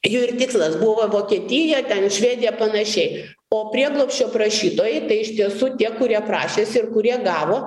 jų ir tikslas buvo vokietija ten švedija panašiai o prieglobsčio prašytojai tai iš tiesų tie kurie prašėsi ir kurie gavo